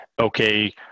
okay